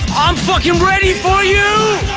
i'm fucking ready for you.